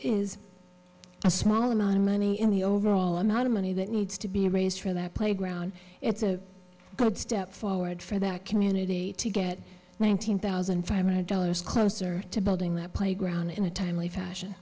is a small amount of money in the overall amount of money that needs to be raised for that playground it's a good step forward for that community to get one hundred thousand five hundred dollars closer to building that playground in a timely fashion